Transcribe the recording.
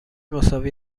مساوی